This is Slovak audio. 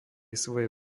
svojej